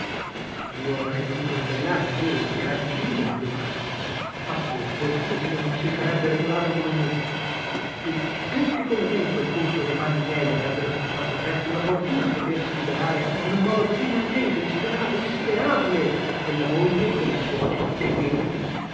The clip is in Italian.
io avrei potuto ribellarmi è vero dichiararmi vivo allora ma chi al posto mio non si sarebbe regolato come me tutti tutti come me in quel punto nei panni miei avrebbero stimato certo una fortuna potersi liberare in un modo così inatteso insperato insperabile della moglie della suocera dei debiti